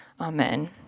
Amen